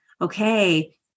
okay